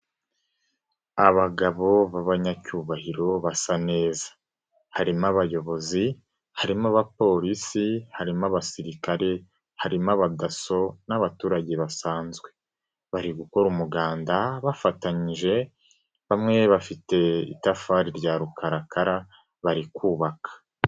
Abagabo b'abanyacyubahiro basa neza, harimo abayobozi, harimo abapolisi, harimo abasirikare, harimo aba DASSO n'abaturage basanzwe bari gukora umuganda bafatanyije, bamwe bafite itafari rya rukarakara, bari kubaka.